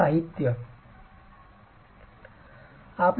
साहित्य स्वतः